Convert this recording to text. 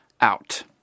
out